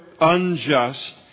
unjust